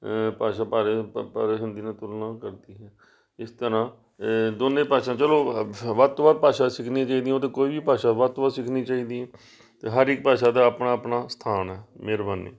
ਭਾਸ਼ਾ ਭਾਰੇ ਭਾਰਤ ਹਿੰਦੀ ਨਾਲ ਤੁਲਨਾ ਕਰਦੀ ਹੈ ਇਸ ਤਰ੍ਹਾਂ ਦੋਨੇ ਭਾਸ਼ਾ ਚਲੋ ਵੱਧ ਤੋਂ ਵੱਧ ਭਾਸ਼ਾ ਸਿੱਖਣੀ ਚਾਹੀਦੀ ਉਹਦੇ ਕੋਈ ਵੀ ਭਾਸ਼ਾ ਵੱਧ ਤੋਂ ਵੱਧ ਸਿੱਖਣੀ ਚਾਹੀਦੀ ਹੈ ਅਤੇ ਹਰ ਇੱਕ ਭਾਸ਼ਾ ਦਾ ਆਪਣਾ ਆਪਣਾ ਸਥਾਨ ਹੈ ਮਿਹਰਬਾਨੀ